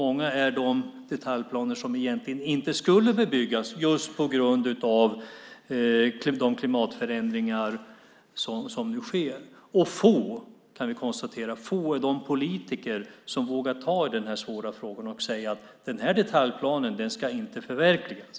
Många är de detaljplaner som egentligen inte skulle leda till bebyggelse just på grund av de klimatförändringar som sker. Och få, kan vi konstatera, är de politiker som vågar ta i de här svåra frågorna och säga: Den här detaljplanen ska inte förverkligas.